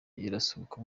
irasohoka